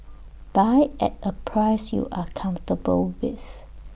buy at A price you are comfortable with